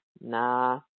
nah